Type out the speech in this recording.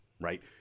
right